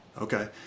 Okay